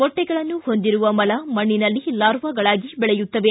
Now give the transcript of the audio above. ಮೊಟ್ಟೆಗಳನ್ನು ಹೊಂದಿರುವ ಮಲ ಮಣ್ಣಿನಲ್ಲಿ ಲಾರ್ವಾಗಳಾಗಿ ಬೆಳೆಯುತ್ತವೆ